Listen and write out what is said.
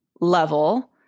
level